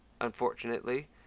Unfortunately